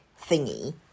thingy